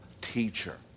teacher